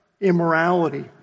immorality